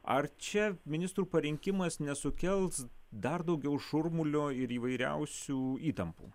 ar čia ministrų parinkimas nesukels dar daugiau šurmulio ir įvairiausių įtampų